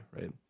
right